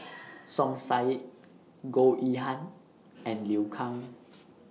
Som Said Goh Yihan and Liu Kang